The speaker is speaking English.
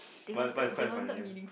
but but is quite funny uh